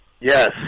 Yes